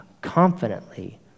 confidently